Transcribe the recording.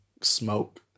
smoke